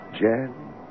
Jan